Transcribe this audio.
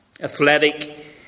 Athletic